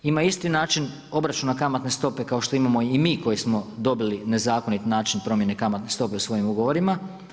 Ima isti način obračuna kamatne stope kao što imamo i mi koji smo dobili nezakonit način promjene kamatne stope u svojim ugovorima.